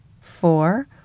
four